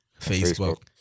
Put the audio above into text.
Facebook